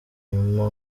nyuma